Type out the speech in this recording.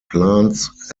plants